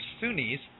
Sunnis